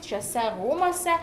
šiuose rūmuose